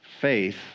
faith